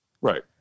Right